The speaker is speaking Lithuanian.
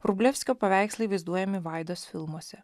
vrublevskio paveikslai vaizduojami vaidos filmuose